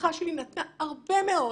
המשפחה שלי נתנה הרבה מאוד